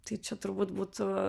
tai čia turbūt būtų